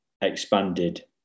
expanded